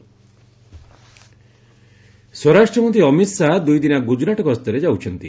ଗୁଜ ଅମିତ ଶାହା ସ୍ୱରାଷ୍ଟ୍ର ମନ୍ତ୍ରୀ ଅମିତ ଶାହା ଦୁଇ ଦିନିଆ ଗୁଜରାଟ ଗସ୍ତରେ ଯାଉଛନ୍ତି